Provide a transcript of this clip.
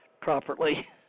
Properly